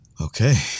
Okay